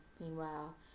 Meanwhile